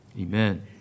Amen